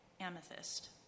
amethyst